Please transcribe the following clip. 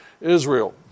Israel